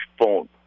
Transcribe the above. phone